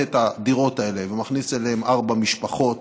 את הדירות האלה ומכניס אליהן ארבע משפחות,